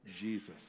Jesus